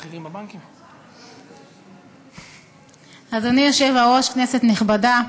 אדוני היושב-ראש, כנסת נכבדה,